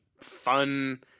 fun